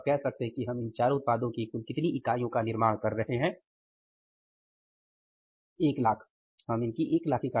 तो आप कह सकते हैं कि हम इन चारों उत्पादों की कितनी इकाईयों का निर्माण कर रहे हैं १ लाख